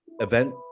event